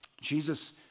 Jesus